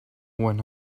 when